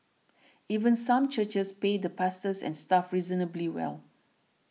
even some churches pay the pastors and staff reasonably well